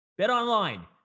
BetOnline